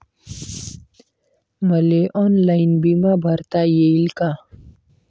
मले ऑनलाईन बिमा भरता येईन का?